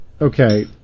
okay